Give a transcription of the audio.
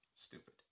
stupid